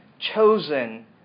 chosen